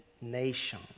Nation